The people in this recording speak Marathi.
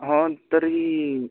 हो ना तरीही